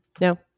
No